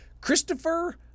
Christopher